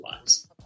lives